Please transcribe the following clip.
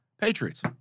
Patriots